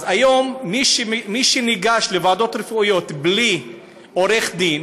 אז היום, מי שניגש לוועדות רפואיות בלי עורך-דין